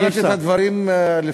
אני תכננתי את הדברים לפי